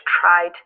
tried